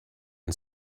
and